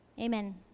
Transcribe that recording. Amen